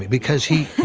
because he.